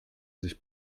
sich